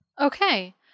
Okay